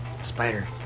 spider